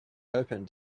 opened